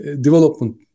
development